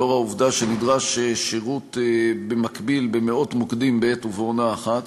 לאור העובדה שנדרש שירות במקביל במאות מוקדים בעת ובעונה אחת.